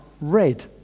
red